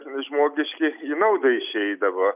žmogiški į naudą išeidavo